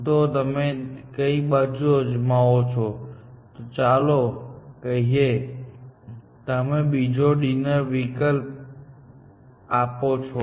તો જો તમે કંઈક બીજું અજમાવો છો તો ચાલો કહીએ કે તમે બીજો ડિનર વિકલ્પ આપો છો